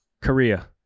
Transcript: Korea